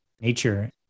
nature